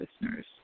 listeners